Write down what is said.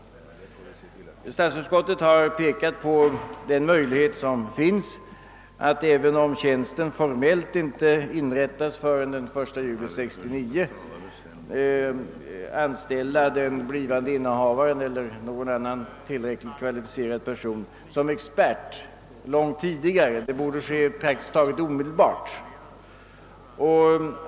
Statsutskottet har pekat på möjligheten att, även om tjänsten formellt inte inrättas förrän den 1 juli 1969, anställa den blivande innehavaren eller någon annan tillräckligt kvalificerad person som expert långt tidigare. Det borde ske praktiskt taget omedelbart.